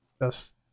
Yes